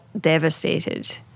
devastated